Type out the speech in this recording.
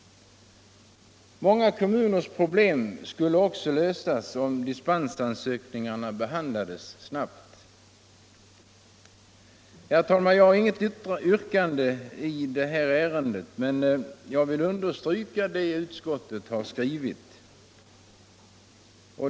Många kommuners problem skulle också lösas om dispensansökningarna behandlades snabbt. Herr talman! Jag har inget yrkande i detta ärende, men jag vill understryka vad utskottet har skrivit.